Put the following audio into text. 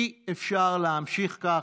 אי-אפשר להמשיך כך.